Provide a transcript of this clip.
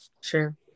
Sure